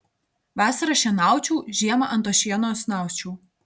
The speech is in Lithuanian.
vasarą šienaučiau žiemą ant to šieno snausčiau